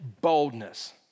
boldness